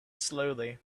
slowly